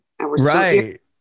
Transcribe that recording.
right